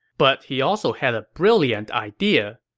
but he also had a brilliant idea.